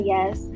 Yes